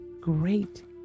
Great